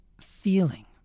feeling